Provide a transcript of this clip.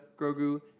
Grogu